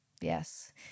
yes